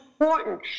important